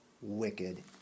wicked